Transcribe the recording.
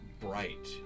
bright